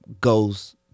goes